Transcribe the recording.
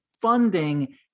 funding